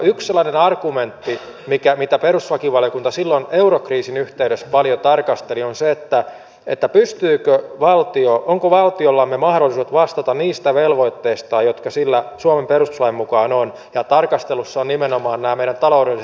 yksi sellainen argumentti mitä perustuslakivaliokunta silloin eurokriisin yhteydessä paljon tarkasteli on se pystyykö valtio onko valtiollamme mahdollisuudet vastata niistä velvoitteista jotka sillä suomen perustuslain mukaan ovat ja tarkastelussa ovat nimenomaan nämä meidän taloudelliset kokonaisvastuumme